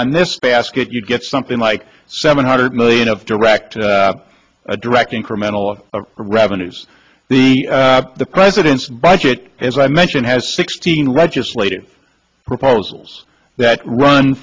on this basket you get something like seven hundred million of direct a direct incremental revenues the president's budget as i mentioned has sixteen legislative proposals that run